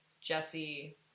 Jesse